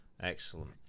excellent